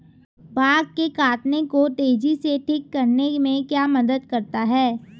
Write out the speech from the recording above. Bug के काटने को तेजी से ठीक करने में क्या मदद करता है?